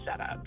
setups